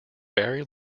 barry